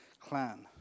clan